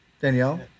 Danielle